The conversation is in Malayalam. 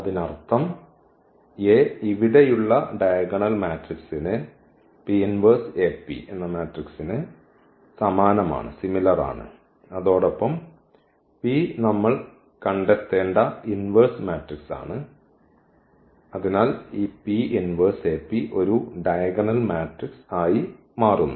അതിനർത്ഥം ഈ A ഇവിടെയുള്ള ഡയഗണൽ മാട്രിക്സിന് സമാനമാണ് അതോടൊപ്പം P നമ്മൾ കണ്ടെത്തേണ്ട ഇൻവേഴ്സ് മാട്രിക്സ് ആണ് അതിനാൽ ഈ ഒരു ഡയഗണൽ മാട്രിക്സ് ആയി മാറുന്നു